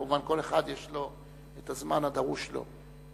כמובן כל אחד יש לו הזמן הדרוש לו.